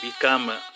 become